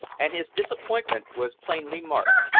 and his disappointment was plainly marked.